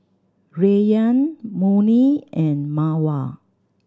Rayyan Murni and Mawar